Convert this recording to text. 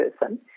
person